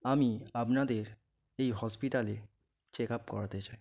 আমি আপনাদের এই হসপিটালে চেক আপ করাতে চাই